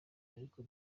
ariko